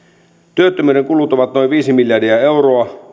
työttömyyden kulut ovat noin viisi miljardia euroa